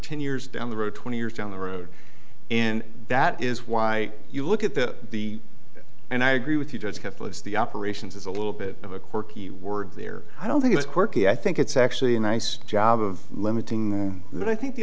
ten years down the road twenty years down the road and that is why you look at that the and i agree with you just have to as the operations is a little bit of a quirky word there i don't think it's quirky i think it's actually a nice job of limiting them but i think the